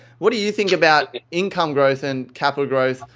what do you think about income growth and capital growth?